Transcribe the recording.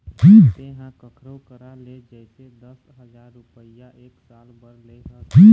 तेंहा कखरो करा ले जइसे दस हजार रुपइया एक साल बर ले हस